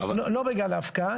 לא בגלל ההפקעה.